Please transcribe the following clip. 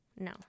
No